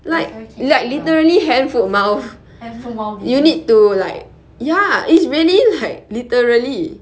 that's why kids kena hand foot mouth disease